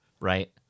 right